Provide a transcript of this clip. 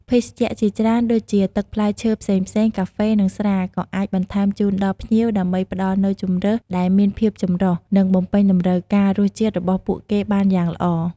ភេសជ្ជៈជាច្រើនដូចជា ទឹកផ្លែឈើផ្សេងៗ កាហ្វេ និងស្រា ក៏អាចបន្ថែមជូនដល់ភ្ញៀវ ដើម្បីផ្តល់នូវជម្រើសដែលមានភាពចម្រុះ និងបំពេញតម្រូវការរសជាតិរបស់ពួកគេបានយ៉ាងល្អ។